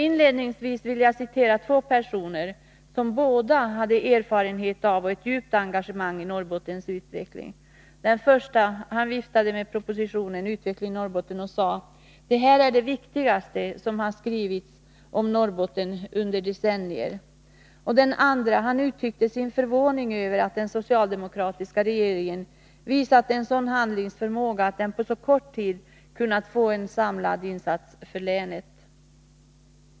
Inledningsvis vill jag citera två personer som båda har erfarenhet av och ett djupt engagemang i Norrbottens utveckling. Den förste viftade med propositionen om ”Utveckling i Norrbotten” och sade: ”Det här är det viktigaste som skrivits om Norrbotten under decennier.” Den andre uttryckte sin förvåning över att den socialdemokratiska regeringen visat en sådan handlingsförmåga att den på så kort tid kunnat få fram en samlad insats för länet.